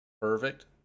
perfect